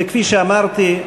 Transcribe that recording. וכפי שאמרתי,